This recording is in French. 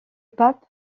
pape